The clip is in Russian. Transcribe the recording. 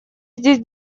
здесь